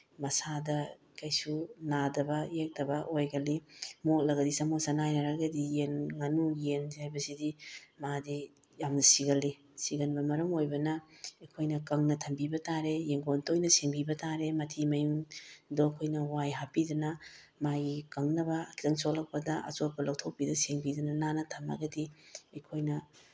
ꯃꯁꯥꯗ ꯀꯩꯁꯨ ꯅꯥꯗꯕ ꯌꯦꯛꯇꯕ ꯑꯣꯏꯒꯜꯂꯤ ꯃꯣꯠꯂꯒꯗꯤ ꯆꯃꯣꯠ ꯆꯅꯥꯏꯔꯒꯗꯤ ꯌꯦꯟ ꯉꯥꯅꯨ ꯌꯦꯟ ꯍꯥꯏꯕꯁꯤꯗꯤ ꯃꯥꯗꯤ ꯌꯥꯝꯅ ꯁꯤꯒꯜꯂꯤ ꯁꯤꯒꯟꯕ ꯃꯔꯝ ꯑꯣꯏꯕꯅ ꯑꯩꯈꯣꯏꯅ ꯀꯪꯅ ꯊꯝꯕꯤꯕ ꯇꯥꯔꯦ ꯌꯦꯡꯒꯣꯟ ꯇꯣꯏꯅ ꯁꯦꯡꯕꯤꯕ ꯇꯥꯔꯦ ꯃꯊꯤ ꯃꯌꯨꯡꯗꯣ ꯑꯩꯈꯣꯏꯅ ꯋꯥꯏ ꯍꯥꯞꯄꯤꯗꯅ ꯃꯥꯒꯤ ꯀꯪꯅꯕ ꯈꯤꯇꯪ ꯆꯣꯠꯂꯛꯄꯗ ꯑꯆꯣꯠꯄ ꯂꯧꯊꯣꯛꯄꯤꯗꯅ ꯁꯦꯡꯕꯤꯗꯅ ꯅꯥꯟꯅ ꯊꯝꯃꯒꯗꯤ ꯑꯩꯈꯣꯏꯅ